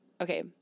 okay